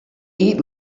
eat